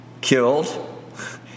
killed